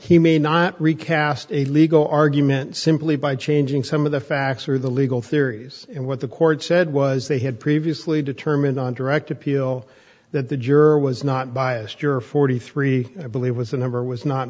he may not recast a legal argument simply by changing some of the facts or the legal theories and what the court said was they had previously determined on direct appeal that the juror was not biased your forty three i believe was the number was not